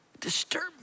disturb